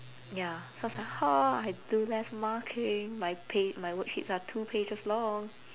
ya so I was like I do less marking my pa~ my worksheets are two pages long